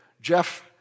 Jeff